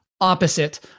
opposite